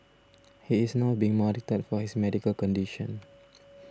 he is now being monitored for his medical condition